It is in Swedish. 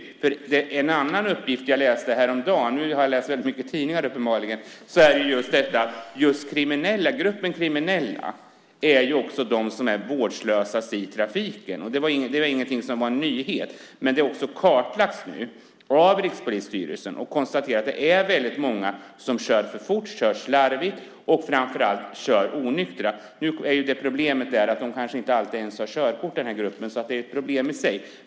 Jag läste en annan uppgift häromdagen - jag har uppenbarligen läst väldigt många tidningar - om att just kriminella är de som är mest vårdslösa i trafiken. Det var ingen nyhet. Men det har också kartlagts nu av Rikspolisstyrelsen som har konstaterat att det är väldigt många som kör för fort, kör slarvigt och framför allt kör onyktra. Problemet är att de kanske inte ens alltid har körkort, vilket är ett problem i sig.